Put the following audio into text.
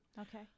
Okay